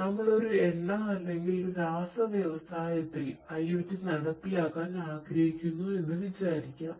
നമ്മൾ ഒരു എണ്ണ അല്ലെങ്കിൽ രാസ വ്യവസായത്തിൽ IOT നടപ്പിലാക്കാൻ ആഗ്രഹിക്കുന്നു എന്ന് വിചാരിക്കാം